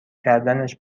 کردنش